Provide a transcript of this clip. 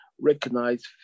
recognize